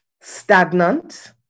stagnant